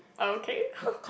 okay